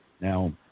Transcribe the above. Now